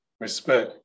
respect